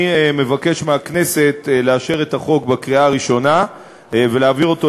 אני מבקש מהכנסת לאשר את החוק בקריאה הראשונה ולהעביר אותו